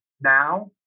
Now